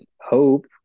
hope